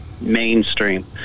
mainstream